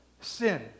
sin